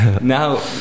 now